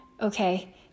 okay